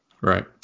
Right